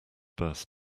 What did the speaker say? burst